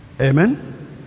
Amen